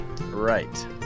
right